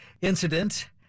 incident